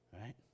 right